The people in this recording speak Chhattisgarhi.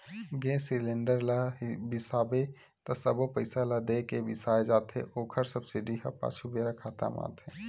गेस सिलेंडर ल बिसाबे त सबो पइसा ल दे के बिसाए जाथे ओखर सब्सिडी ह पाछू बेरा खाता म आथे